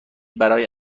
برای